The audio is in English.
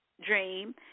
dream